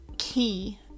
key